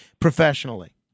professionally